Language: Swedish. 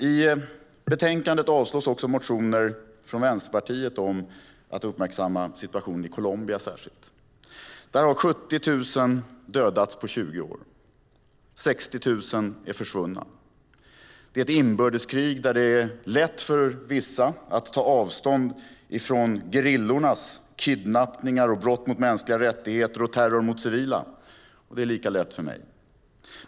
I betänkandet avstyrks också motioner från Vänsterpartiet om att uppmärksamma situationen i Colombia särskilt. Där har 70 000 dödats på 20 år. 60 000 är försvunna. Det är ett inbördeskrig där det är lätt för vissa att ta avstånd från gerillornas kidnappningar och brott mot mänskliga rättigheter och terror mot civila. Det är lika lätt för mig.